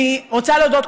אני רוצה להודות,